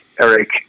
Eric